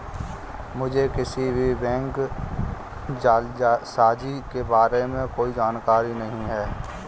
मुझें किसी भी बैंक जालसाजी के बारें में कोई जानकारी नहीं है